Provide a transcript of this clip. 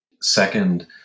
second